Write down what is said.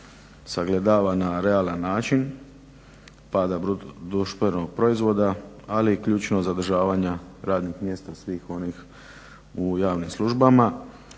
sagledava na realan način pada BDP-a ali i ključnog zadržavanja radnih mjesta svih onih u javnim službama.